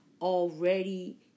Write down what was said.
already